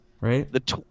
right